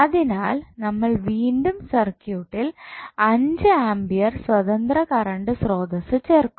അതിനാൽ നമ്മൾ വീണ്ടും സർക്യൂട്ടിൽ അഞ്ച് ആമ്പിയർ സ്വതന്ത്ര കറണ്ട് സ്രോതസ്സ് ചേർക്കും